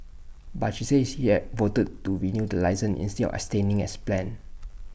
but she said she had voted to renew the licence instead of abstaining as planned